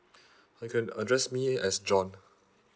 you can address me as john